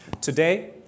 Today